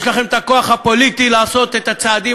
יש לכם הכוח הפוליטי לעשות את הצעדים